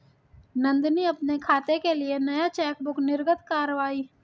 नंदनी अपने खाते के लिए नया चेकबुक निर्गत कारवाई